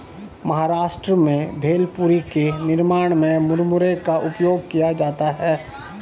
महाराष्ट्र में भेलपुरी के निर्माण में मुरमुरे का उपयोग किया जाता है